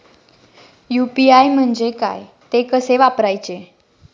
UPI म्हणजे काय, ते कसे वापरायचे?